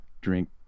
drink